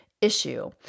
issue